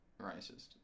racist